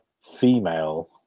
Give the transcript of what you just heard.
female